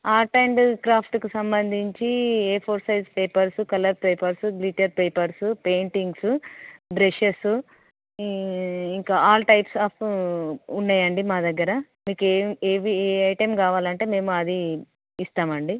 art and క్రాఫ్ట్కి సంబంధించి A four size papers colour papers glitter papers paintings brushes ఇంకా all types of ఉన్నాయండి మా దగ్గర మీకు ఏవి ఏ ఐటమ్ కావాలంటే మేము అది ఇస్తాం అండి